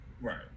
right